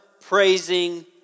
praising